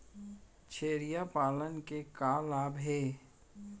छेरिया पालन के का का लाभ हे?